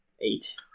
Eight